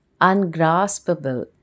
ungraspable